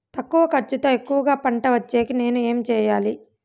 తక్కువ ఖర్చుతో ఎక్కువగా పంట వచ్చేకి నేను ఏమి చేయాలి?